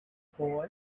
boy